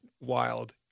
wild